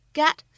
get